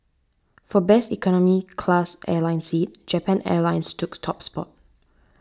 for best economy class airline seat Japan Airlines took top spot